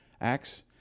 acts